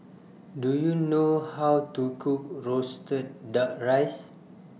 Do YOU know How to Cook Roasted Duck Rice